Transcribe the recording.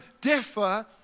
differ